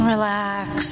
Relax